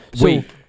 Wait